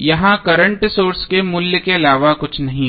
यहां current source के मूल्य के अलावा कुछ नहीं होगा